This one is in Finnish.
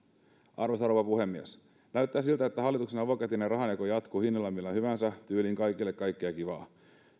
arvoisa rouva puhemies näyttää siltä että hallituksen avokätinen rahanjako jatkuu hinnalla millä hyvänsä tyyliin kaikille kaikkea kivaa